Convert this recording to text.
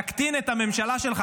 תקטין את הממשלה שלך.